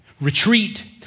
retreat